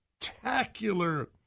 spectacular